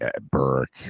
Burke